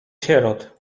sierot